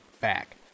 back